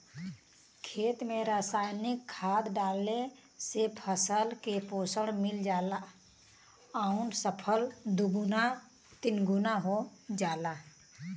खेत में रासायनिक खाद डालले से फसल के पोषण मिल जाला आउर फसल दुगुना तिगुना हो जाला